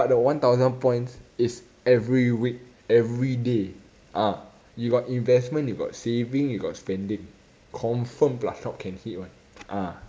but the one thousand points is every week everyday um you got investment you got saving you got spending confirm plus chop can hit [one] ah